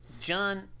john